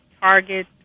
target